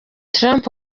trump